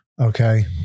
Okay